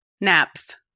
naps